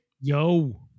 Yo